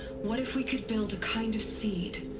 what if we could build a kind of seed.